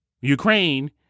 Ukraine